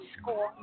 school